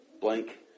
blank